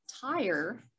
tire